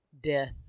death